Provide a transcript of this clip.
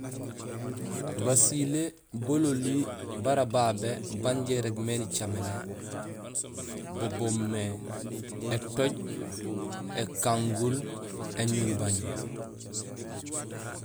Basilé bololi bara babé baan injé irégmé nicaméné bo boomé étooj, ékanguul éñulbañul